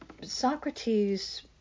Socrates